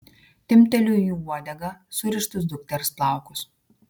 timpteliu į uodegą surištus dukters plaukus